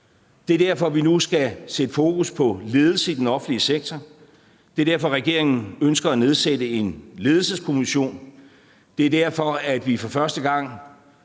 Det er derfor, at vi nu skal sætte fokus på ledelse i den offentlige sektor. Det er derfor, at regeringen ønsker at nedsætte en ledelseskommission. Det er derfor, at vi for første gang,